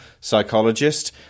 psychologist